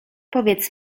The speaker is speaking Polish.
powiedz